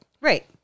Right